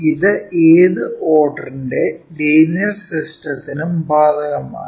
ഇത് ഏത് ഓർഡറിന്റെ ലീനിയർ സിസ്റ്റത്തിനും ബാധകമാണ്